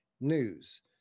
news